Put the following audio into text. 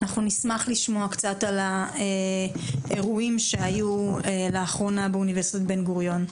אנחנו נשמח לשמוע קצת על האירועים שהיו לאחרונה באונ' בן גוריון.